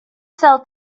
sell